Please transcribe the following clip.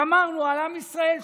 שמרנו על עם ישראל,